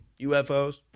UFOs